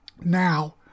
Now